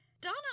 Donna